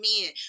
men